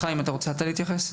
חיים, אתה רוצה להתייחס?